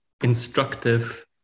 instructive